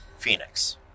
Phoenix